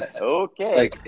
Okay